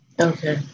okay